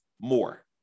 more